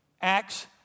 Acts